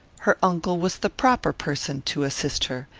her uncle was the proper person to assist her,